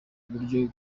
buryo